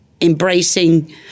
embracing